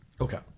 Okay